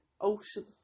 ocean